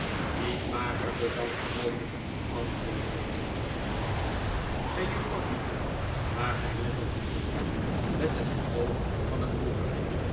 niet magerder dan gewoonlijk antwoordde ik niet zei juffrouw heep maar gij let ook niet op hem met het oog van een moeder